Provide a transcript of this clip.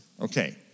Okay